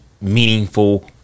meaningful